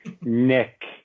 Nick